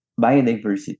biodiversity